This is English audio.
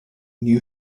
knew